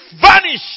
vanish